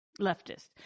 leftist